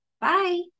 Bye